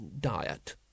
diet